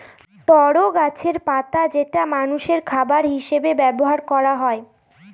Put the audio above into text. তরো গাছের পাতা যেটা মানষের খাবার হিসেবে ব্যবহার করা হয়